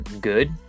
Good